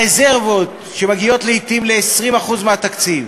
הרזרבות שמגיעות לעתים ל-20% מהתקציב,